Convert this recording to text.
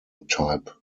type